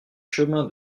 chemin